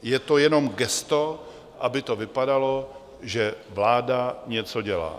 Je to jenom gesto, aby to vypadalo, že vláda něco dělá.